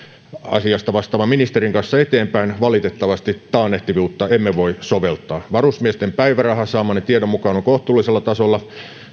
asiasta vastaavan ministerin kanssa eteenpäin valitettavasti taannehtivuutta emme voi soveltaa varusmiesten päiväraha saamani tiedon mukaan on kohtuullisella tasolla